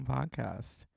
Podcast